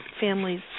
families